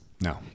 No